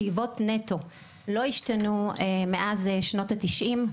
שאיבות נטו, לא השתנו מאז שנות ה- 90,